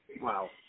Wow